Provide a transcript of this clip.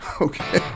Okay